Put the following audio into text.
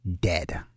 dead